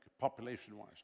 population-wise